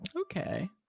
Okay